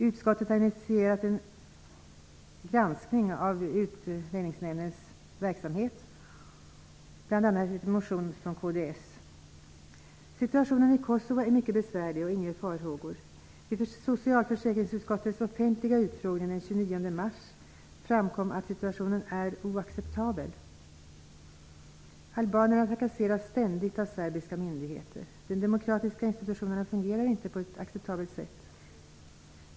Utskottet har initierat en granskning av Utlänningsnämndens verksamhet, bl.a. efter en motion från kds. Situationen i Kosovo är mycket besvärlig och inger farhågor. Vid socialförsäkringsutskottets offentliga utfrågning den 29 mars framkom att situationen är oacceptabel. Albanerna trakasseras ständigt av serbiska myndigheter. De demokratiska institutionerna fungerar inte på ett acceptabelt sätt.